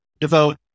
devote